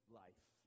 life